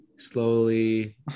slowly